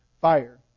fire